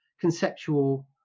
conceptual